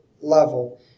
level